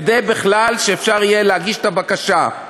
כדי שאפשר יהיה להגיש את הבקשה בכלל.